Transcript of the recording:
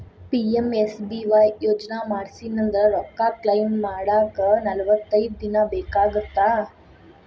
PMSBY ಯೋಜನಾ ಮಾಡ್ಸಿನಂದ್ರ ರೊಕ್ಕ ಕ್ಲೇಮ್ ಮಾಡಾಕ ನಲವತ್ತೈದ್ ದಿನ ಬೇಕಾಗತ್ತಾ